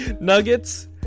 Nuggets